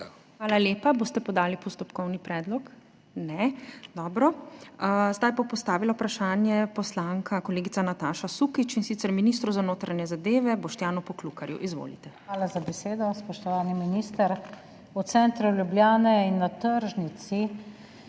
Hvala lepa. Boste podali postopkovni predlog? Ne. Dobro. Zdaj bo postavila vprašanje poslanka kolegica Nataša Sukič, in sicer ministru za notranje zadeve Boštjanu Poklukarju. Izvolite. **NATAŠA SUKIČ (PS Levica):** Hvala za besedo. Spoštovani minister, v centru Ljubljane in na tržnici,